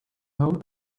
home